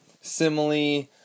simile